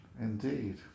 Indeed